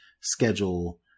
schedule